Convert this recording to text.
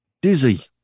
Dizzy